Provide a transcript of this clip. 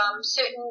certain